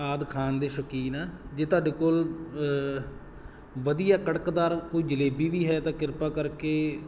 ਆਦਿ ਖਾਣ ਦੇ ਸ਼ੌਕੀਨ ਜੇ ਤੁਹਾਡੇ ਕੋਲ ਵਧੀਆ ਕੜਕਦਾਰ ਕੋਈ ਜਲੇਬੀ ਵੀ ਹੈ ਤਾਂ ਕਿਰਪਾ ਕਰਕੇ